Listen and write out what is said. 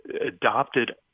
adopted